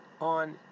on